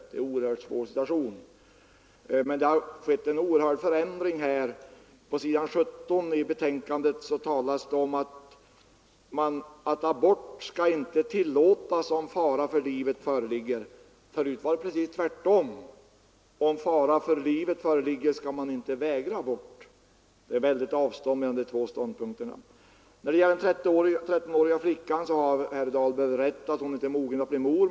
Det är en oerhört svår situation. Det är en kolossal förändring som kommer till uttryck i lagförslaget. På s. 17 i betänkandet talas om att abort inte skall tillåtas, om fara för livet föreligger. Förut var det precis tvärtom: om fara för livet föreligger, skall man inte vägra abort! Det är ett väldigt avstånd mellan de två stånd punkterna. När det gäller den trettonåriga flickan har herr Dahlberg rätt i att hon inte är mogen att bli mor.